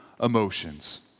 emotions